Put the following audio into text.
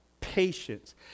patience